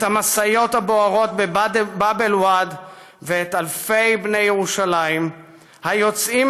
המשאיות הבוערות בבאב אל-ואד ואלפי בני ירושלים היוצאים